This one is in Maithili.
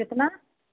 कितना